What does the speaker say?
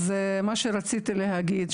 אז מה שרציתי להגיד,